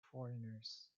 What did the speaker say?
foreigners